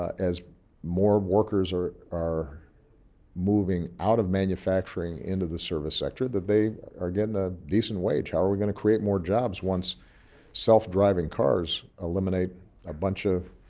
as more workers are are moving out of manufacturing into the service sector, that they are getting a decent wage? how are we going to create more jobs once self-driving cars eliminate a bunch of